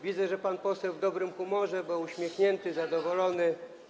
Widzę, że pan poseł jest w dobrym humorze, bo uśmiechnięty, zadowolony.